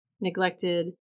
neglected